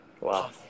wow